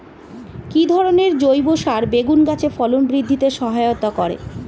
কি ধরনের জৈব সার বেগুন গাছে ফলন বৃদ্ধিতে সহায়তা করে?